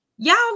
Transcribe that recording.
Y'all